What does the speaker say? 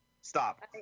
Stop